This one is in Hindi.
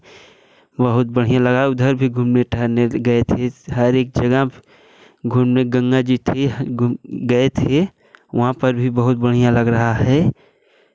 बहुत बढ़िया लगा उधर भी घूमने टहलने गए थे हर एक जगह गंगा जी थे घूम गए थे वहाँ पर भी बहुत बढ़िया लगा रहा है